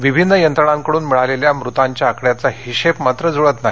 विभिन्न यंत्रणांकडून मिळालेल्या मृतांच्या आकड्याचा हिशेब मात्र जुळत नाही